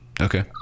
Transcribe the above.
okay